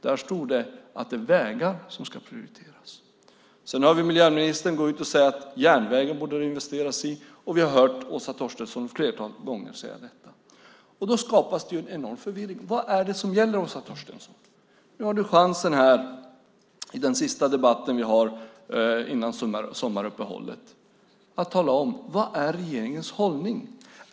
Där stod det att det är vägar som ska prioriteras. Miljöministern går ut och säger att det behöver investeras i järnvägen, och vi har också hört Åsa Torstensson flertalet gånger säga detta. Det skapas en enorm förvirring. Vad är det som gäller, Åsa Torstensson? Nu har du chansen i den sista debatten innan sommaruppehållet att tala om: Vad är regeringens hållning?